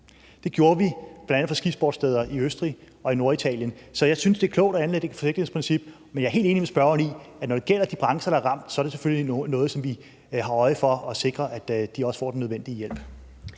Det gjorde vi bl.a. fra skisportssteder i Østrig og i Norditalien. Så jeg synes, det er klogt at anlægge et forsigtighedsprincip. Men jeg er helt enig med spørgeren i, at når det gælder de brancher, der er ramt, så er det selvfølgelig noget, som vi skal have øje for, og det har vi også, og sikre også får den nødvendige hjælp.